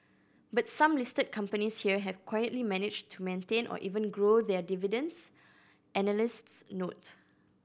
but some listed companies here have quietly managed to maintain or even grow their dividends analysts note